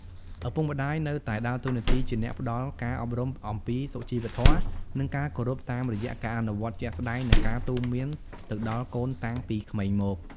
ឪពុកម្ដាយនៅតែដើរតួនាទីជាអ្នកផ្ដល់ការអប់រំអំពីសុជីវធម៌ និងការគោរពតាមរយៈការអនុវត្តជាក់ស្ដែង និងការទូន្មានទៅដល់កូនតាំងពីក្មេងមក។